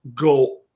go